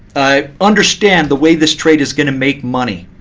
understand the way this trade is going to make money.